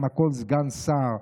כל סגן שר,